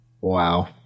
Wow